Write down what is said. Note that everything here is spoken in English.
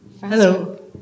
Hello